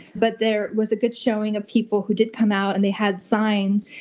but there was a good showing of people who did come out, and they had signs.